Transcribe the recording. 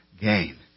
gain